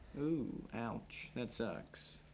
oh, ouch. that sucks.